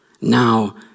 now